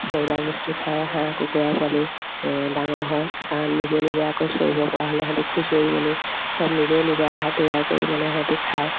সেইবিলাক বস্তু খায়ে হাঁহ কুকুৰাৰ পোৱালি ডাঙৰ হয় কাৰণ নিজে নিজে আকৌ চৰিবপৰা হ'লে সিহঁতি খুচৰি মেলি চব নিজে নিজৰ আহাৰ তৈয়াৰ কৰি মানে সিহঁতি খায়